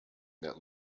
that